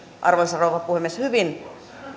arvoisa rouva puhemies hyvin